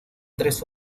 tres